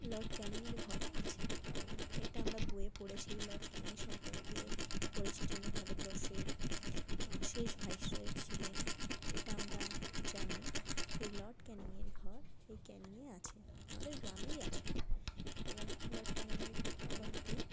Lord ক্যানিংয়ের ঘরও আছে এটা আমরা বয়ে পড়েছি লর্ড ক্যানিং সম্পর্কে পড়েছি যিনি ভারতবর্ষের শেষ ভাইসরয় ছিলেন এটা আমরা জানি সেই লড ক্যানিংয়ের ঘর এই ক্যানিংয়েই আছে আমাদের গ্রামেই আছে এবং লড ক্যানিংয়ের ঘরটি